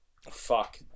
fuck